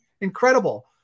Incredible